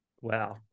Wow